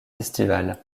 festivals